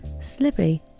slippery